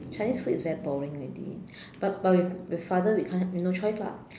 Chinese food is very boring already but but with with father we can't we no choice lah